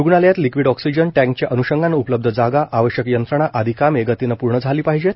रूग्णालयात liquid oxygen टँकच्या अन्षंगाने उपलब्ध जागा आवश्यक यंत्रणा आदी कामे गतीने पूर्ण झाली पाहिजेत